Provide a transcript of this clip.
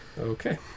Okay